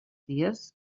dies